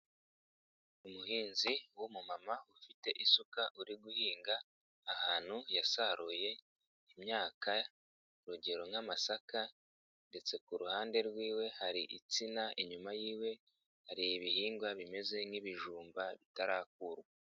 Umuhinzi w'umumama, ufite isuka uri guhinga, ahantu yasaruye imyaka, urugero nk'amasaka ndetse ku ruhande rw'iwe hari isina, inyuma y'iwe hari ibihingwa bimeze nk'ibijumba bitarakurwa.